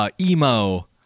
emo